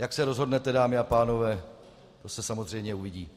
Jak se rozhodnete, dámy a pánové, to se samozřejmě uvidí.